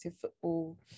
football